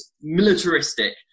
militaristic